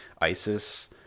Isis